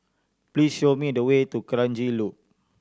please show me the way to Kranji Loop